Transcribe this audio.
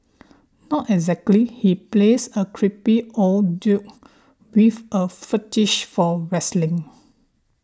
not exactly he plays a creepy old dude with a fetish for wrestling